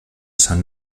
sant